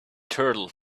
turtle